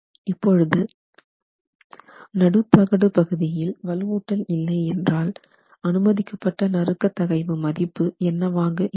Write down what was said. இப்பொழுது நடுத்தகடுபகுதியில் வலுவூட்டல் இல்லை என்றால் அனுமதிக்கப்பட்ட நறுக்க தகைவு மதிப்பு என்னவாக இருக்கும்